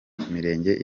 mirenge